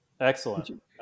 Excellent